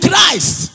Christ